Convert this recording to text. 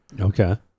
Okay